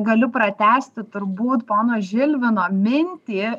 galiu pratęsti turbūt pono žilvino mintį